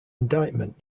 indictment